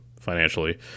financially